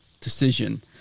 decision